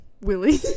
Willie